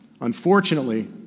unfortunately